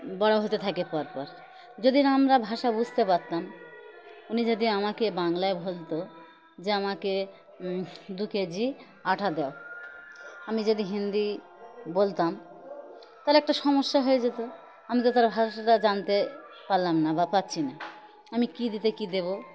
বড়ো হতে থাকে পরপর যদি আমরা ভাষা বুঝতে পারতাম উনি যদি আমাকে বাংলায় বলতো যে আমাকে দু কেজি আটা দাও আমি যদি হিন্দি বলতাম তাহলে একটা সমস্যা হয়ে যেত আমি তো তার ভাষাটা জানতে পারলাম না বা পারছি না আমি কী দিতে কী দেবো